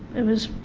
it was